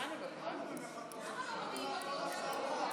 לא אמורים לחכות לו, אמורים לעבור להצעה הבאה.